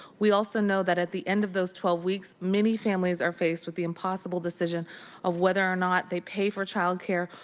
we also know at the end of those twelve weeks, many families are faced with the impossible decision of whether or not they pay for child care,